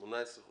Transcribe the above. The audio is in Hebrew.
יבוא "18 חודשים